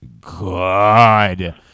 God